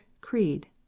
creed